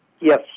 Yes